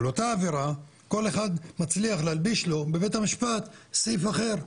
על אותה עבירה כל אחד מצליח להלביש לו בבית המשפט סעיף אחר.